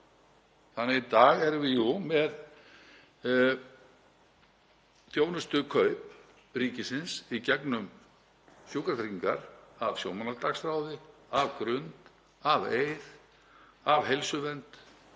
þannig að í dag erum við með þjónustukaup ríkisins í gegnum Sjúkratryggingar af sjómannadagsráði, af Grund, af Eir, af Heilsuvernd,